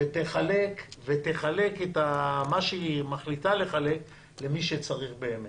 ותחלק את מה שהיא מחליטה לחלק למי שצריך באמת,